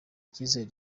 icyizere